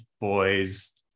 boy's